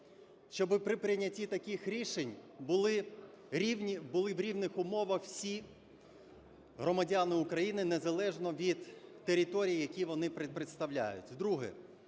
щоби при прийнятті таких рішень були в рівних умовах всі громадяни України незалежно від територій, які вони представляють.